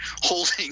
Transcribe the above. holding